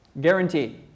Guarantee